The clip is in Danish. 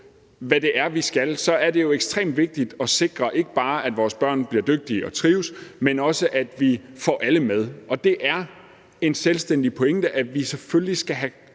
hvad det er, vi skal gøre, så mener vi jo, det er ekstremt vigtigt at sikre, ikke bare at vores børn bliver dygtige og trives, men også, at vi får alle med, og det er en selvstændig pointe, at vi selvfølgelig skal have